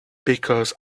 because